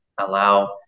allow